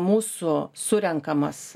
mūsų surenkamas